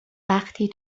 وقتی